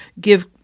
give